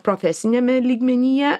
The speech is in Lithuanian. profesiniame lygmenyje